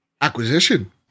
acquisition